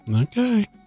Okay